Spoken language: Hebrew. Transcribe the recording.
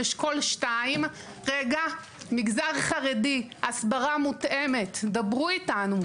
אשכול 2, מגזר חרדי, הסברה מותאמת דברו איתנו.